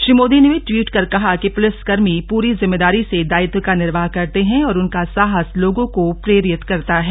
श्री मोदी ने ट्वीट कर कहा कि पुलिसकर्मी पूरी जिम्मेदारी से दायित्व का निर्वाह करते हैं और उनका साहस लोगों को प्रेरित करता है